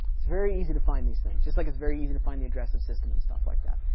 it's very easy to find these things. just like it's very easy to find the address of system and stuff like that.